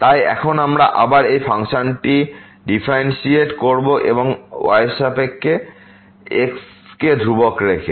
তাই এখন আমরা আবার এই ফাংশনটি ডিফারেন্টিয়েট করব y এর সাপেক্ষে x কে ধ্রুবক রেখে